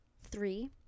Three